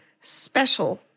special